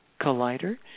Collider